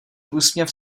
úsměv